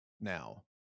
now